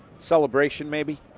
celebration maybe